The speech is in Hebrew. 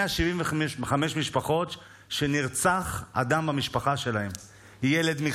175 משפחות שנרצח אדם במשפחה שלהן: ילד,